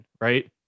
right